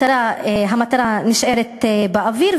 המטרה נשארת באוויר,